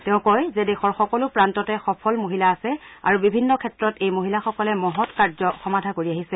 তেওঁ কয় যে দেশৰ সকলো প্ৰান্ততে সফল মহিলা আছে আৰু বিভিন্ন ক্ষেত্ৰত এই মহিলাসকলে মহৎ কাৰ্য সমাধা কৰি আহিছে